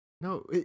No